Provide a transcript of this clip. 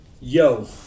Yo